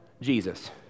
Jesus